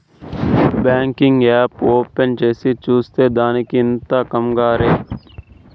banking app open చేసి చూసే దానికి ఇంత కంగారే